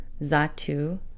Zatu